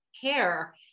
care